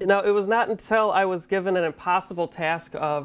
you know it was not until i was given an impossible task of